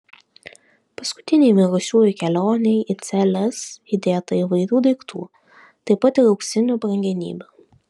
paskutinei mirusiųjų kelionei į celes įdėta įvairių daiktų taip pat ir auksinių brangenybių